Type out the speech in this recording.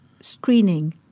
screening